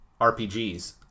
RPGs